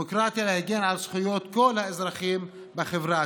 להגן על זכויות כל האזרחים בחברה,